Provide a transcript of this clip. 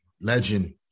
legend